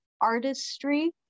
artistry